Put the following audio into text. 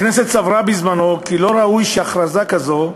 הכנסת סברה בזמנו כי לא ראוי שהכרזה כזו,